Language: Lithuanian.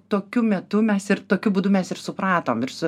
tokiu metu mes ir tokiu būdu mes ir supratom ir su